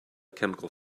chemical